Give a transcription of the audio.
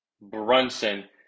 Brunson